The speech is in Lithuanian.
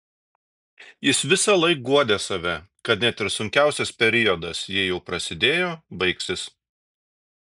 jis visąlaik guodė save kad net ir sunkiausias periodas jei jau prasidėjo baigsis